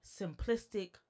simplistic